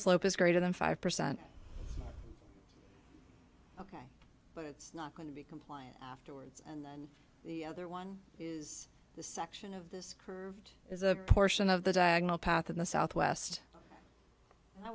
slope is greater than five percent but it's not going to be compliant afterwards and then the other one is the section of this curved is a portion of the diagonal path in the southwest